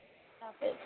اللہ حافظ